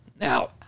Now